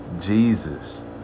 Jesus